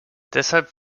deshalb